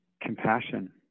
compassion